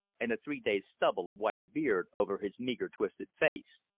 and a three days' stubble of white beard over his meager, twisted face.